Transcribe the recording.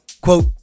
Quote